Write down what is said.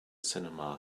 cinema